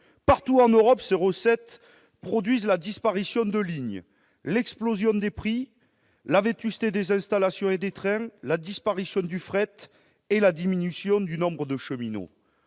Partout en Europe, ces recettes produisent la disparition de lignes, l'explosion des prix, la vétusté des installations et des trains, la disparition du fret et la diminution du nombre de cheminots.